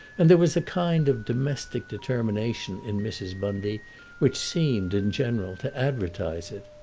and there was a kind of domestic determination in mrs. bundy which seemed, in general, to advertise it.